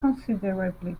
considerably